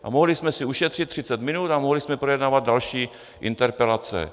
A mohli jsme si ušetřit 30 minut a mohli jsme projednávat další interpelace.